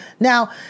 Now